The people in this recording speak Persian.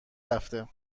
رفته